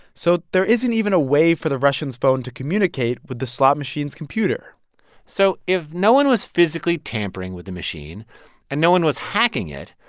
so there isn't even a way for the russian's phone to communicate with the slot machine's computer so if no one was physically tampering with the machine and no one was hacking it,